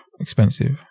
expensive